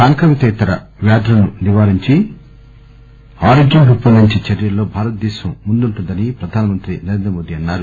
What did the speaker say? సాంక్రమికేతర వ్యాధులను నివారించి ఆరోగ్యం పెంపెందించే చర్యల్లో భారత దేశం ముందుంటుందని ప్రధానమంత్రి నరేంద్రమోదీ అన్నారు